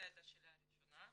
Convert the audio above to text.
זו הייתה השאלה הראשונה.